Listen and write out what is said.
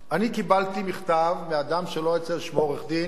קיבלתי מכתב מאדם שלא אציין את שמו, עורך-דין,